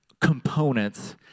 components